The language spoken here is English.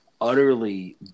utterly